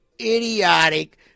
idiotic